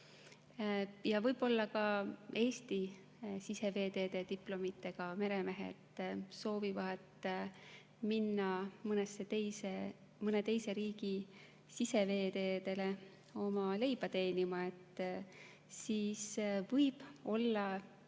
on. Võib-olla ka Eesti siseveeteede diplomiga meremehed soovivad minna mõne teise riigi siseveeteedele leiba teenima. Siis võib olla